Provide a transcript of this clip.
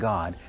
God